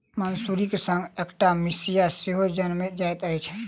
मसुरीक संग अकटा मिसिया सेहो जनमि जाइत अछि